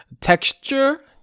texture